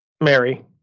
Mary